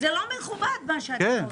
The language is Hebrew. מכובד מה שאתם עושים.